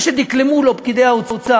מה שדקלמו לו פקידי האוצר,